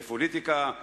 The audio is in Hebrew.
בפוליטיקה,